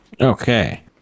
Okay